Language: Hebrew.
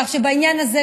כך שבעניין הזה,